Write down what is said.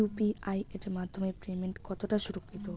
UPI এর মাধ্যমে payment কতটা সুরক্ষিত?